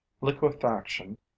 liquefaction